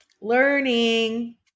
learning